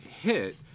hit